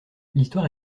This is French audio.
l’histoire